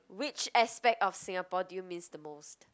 which aspect of Singapore did you miss the